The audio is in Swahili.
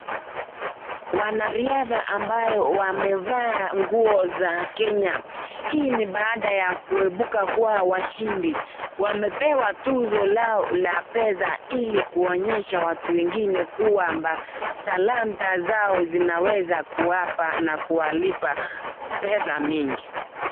Wanariadha ambao wamevaa nguo za Kenya. Hii ni baada ya kuibuka kuwa washindi. Wamepewa tuzo lao la pesa ili kuonyesha watu wengine kwamba talanta zao zinaweza kuwapa na kuwalipa pesa mingi.